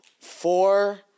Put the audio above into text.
four